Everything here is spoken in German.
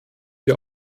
wir